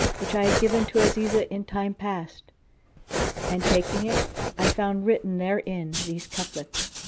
which i had given to azizah in time past and taking it i found written therein these couplets,